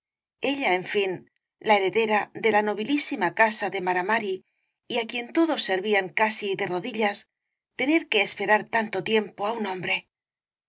ella en fin la heredera de la nobilísima casa de mara mari y á quien todos servían casi de rodillas tener que esperar tanto tiempo á un hombre